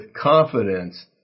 confidence